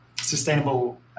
sustainable